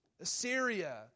Assyria